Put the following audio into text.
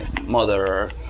mother